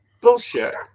Bullshit